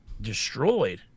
destroyed